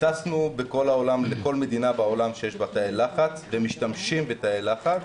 טסנו בכל העולם לכל מדינה בעולם שיש בה תאי לחץ ומשתמשים בתאי לחץ,